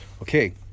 Okay